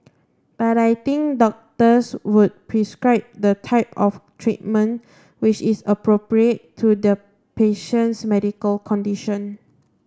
but I think doctors would prescribe the type of treatment which is appropriate to the patient's medical condition